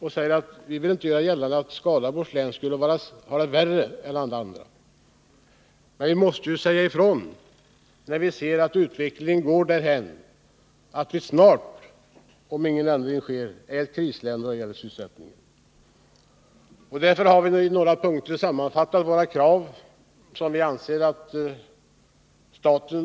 Jag upprepar att vi inte vill göra gällande att Skaraborgs län skulle ha det värre än andra län, men vi måste ju säga ifrån när vi ser att utvecklingen går därhän att vi snart, om ingen ändring sker, är ett krislän när det gäller sysselsättning. Därför har vi i några punkter sammanställt våra krav, som vi anser att